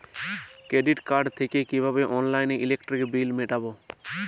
Credit card থেকে কিভাবে অনলাইনে ইলেকট্রিক বিল মেটাবো?